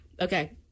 Okay